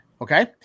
Okay